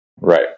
Right